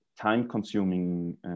time-consuming